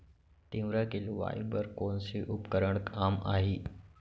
तिंवरा के लुआई बर कोन से उपकरण काम आही?